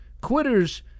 quitters